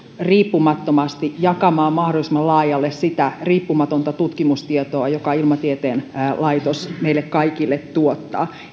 riippumattomasti jakamaan mahdollisimman laajalle sitä riippumatonta tutkimustietoa jota ilmatieteen laitos meille kaikille tuottaa